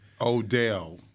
Odell